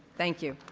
thank you.